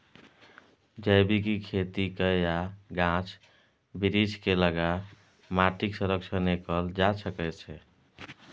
जैबिक खेती कए आ गाछ बिरीछ केँ लगा माटिक संरक्षण कएल जा सकै छै